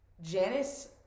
Janice